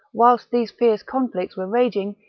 while these fierce conflicts were raging,